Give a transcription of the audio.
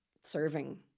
serving